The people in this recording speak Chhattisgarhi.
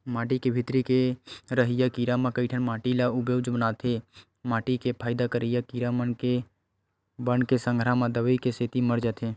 माटी के भीतरी के रहइया कीरा म कइठन माटी ल उपजउ बनाथे माटी के फायदा करइया कीरा मन ह बन के संघरा म दवई के सेती मर जाथे